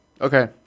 Okay